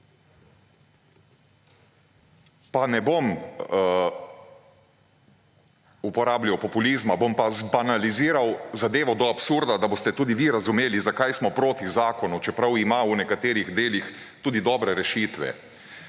pa ne bom uporabljal populizma bom pa zbanaliziral besedo do absurda, da boste tudi vi razumeli zakaj smo proti zakonu, čeprav ima v nekaterih delih tudi dobre rešitve.